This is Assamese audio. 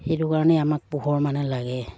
সেইটো কাৰণে আমাক পোহৰ মানে লাগে